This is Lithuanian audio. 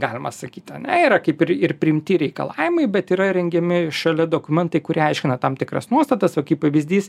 galima sakyt ane yra kaip ir ir priimti reikalavimai bet yra ir rengiami šalia dokumentai kurie aiškina tam tikras nuostatas va kaip pavyzdys